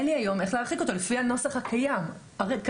אין לי היום איך להרחיק אותו לפי הנוסח הקיים כרגע.